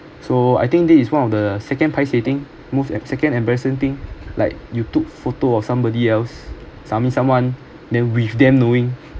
so I think this is one of the second paiseh thing most and second embarrassing thing like you took photo of somebody else suddenly someone then with them knowing